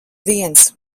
viens